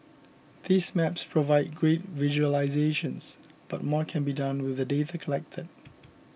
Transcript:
these maps provide great visualisations but more can be done with the data collected